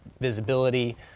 visibility